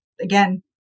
again